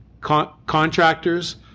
contractors